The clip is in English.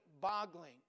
boggling